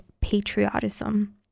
patriotism